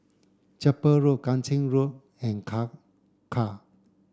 Chapel Road Kang Ching Road and Kangkar